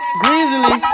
greasily